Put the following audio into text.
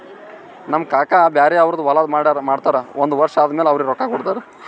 ನಮ್ ಕಾಕಾ ಬ್ಯಾರೆ ಅವ್ರದ್ ಹೊಲಾ ಮಾಡ್ತಾರ್ ಒಂದ್ ವರ್ಷ ಆದಮ್ಯಾಲ ಅವ್ರಿಗ ರೊಕ್ಕಾ ಕೊಡ್ತಾರ್